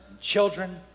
children